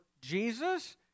Jesus